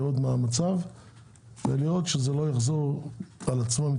לראות מה המצב - לראות שזה לא יחזור על עצמו,